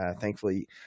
Thankfully